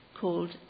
called